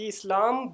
Islam